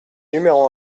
numéro